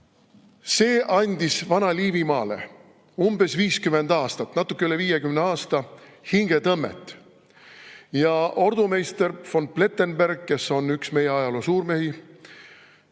See andis Vana-Liivimaale umbes 50 aastat, natuke üle 50 aasta hingetõmmet ja ordumeister von Plettenberg, kes on üks meie ajaloo suurmehi,